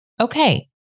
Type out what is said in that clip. okay